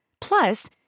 Plus